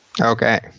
Okay